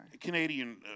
Canadian